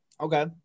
Okay